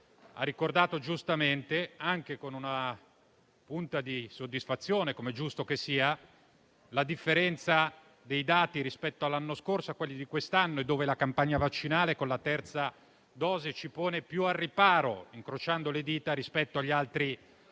Ha ricordato giustamente, anche con una punta di soddisfazione (come è giusto che sia), la differenza dei dati di quest'anno rispetto a quelli dell'anno scorso. La campagna vaccinale con la terza dose ci pone più al riparo, incrociando le dita, rispetto agli altri Paesi